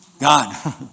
God